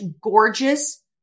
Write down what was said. gorgeous